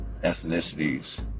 ethnicities